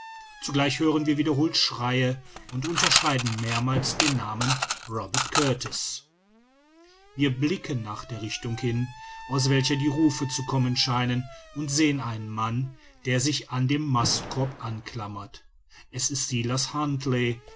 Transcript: zugleich hören wir wiederholte schreie und unterscheiden mehrmals den namen robert kurtis wir blicken nach der richtung hin aus welcher die rufe zu kommen scheinen und sehen einen mann der sich an den mastkorb anklammert es ist silas huntly